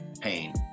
pain